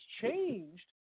changed